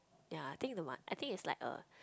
ya I think the mo~ I think it's like a